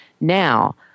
now